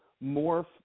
more